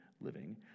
living